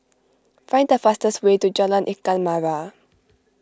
find the fastest way to Jalan Ikan Merah